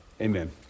amen